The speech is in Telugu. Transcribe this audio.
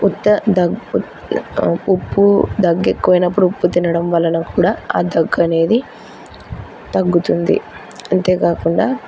ఉత్త ద్ ఉ ఉప్పు దగ్గు ఎక్కువయినప్పుడు ఉప్పు తినడం వలన కూడా ఆ దగ్గు అనేది తగ్గుతుంది అంతేకాకుండా